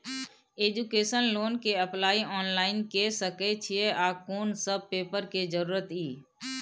Education loan के apply online के सके छिए आ कोन सब पेपर के जरूरत इ?